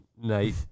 night